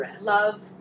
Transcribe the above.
love